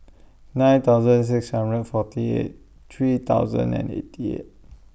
nine thousand six hundred forty eight three thousand and eighty eight